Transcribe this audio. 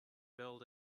build